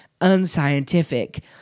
unscientific